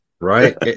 right